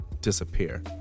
disappear